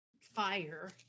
fire